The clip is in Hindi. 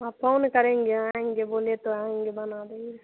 वहाँ फोन करेंगे आएँगे बोलिए तो आऍंगे बना देंगे